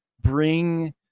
bring